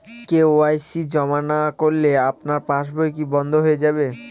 KYC জমা না করলে আমার পাসবই কি বন্ধ হয়ে যাবে?